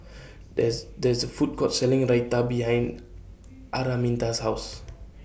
There IS There IS A Food Court Selling Raita behind Araminta's House